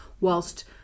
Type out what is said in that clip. whilst